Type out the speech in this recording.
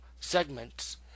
segments